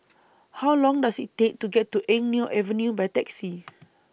How Long Does IT Take to get to Eng Neo Avenue By Taxi